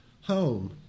home